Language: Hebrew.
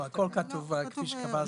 לא, הכול כתוב "כפי שקבע השר".